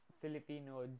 Filipino